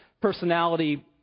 personality